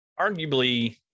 Arguably